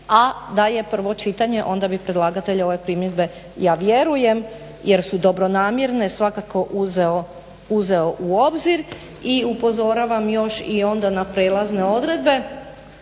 a da je prvo čitanje onda bi predlagatelj ove primjedbe ja vjerujem jer su dobronamjerne svakako uzeo u obzir. I upozoravam još i onda na prijelazne odredbe